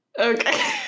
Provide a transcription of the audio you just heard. Okay